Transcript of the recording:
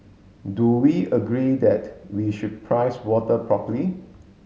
do we agree that we should price water properly